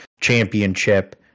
championship